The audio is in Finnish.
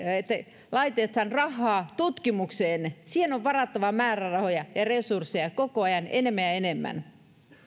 laitetaan rahaa tutkimukseen siihen on varattava määrärahoja ja resursseja koko ajan enemmän ja enemmän